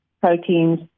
proteins